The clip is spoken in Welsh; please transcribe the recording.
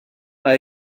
mae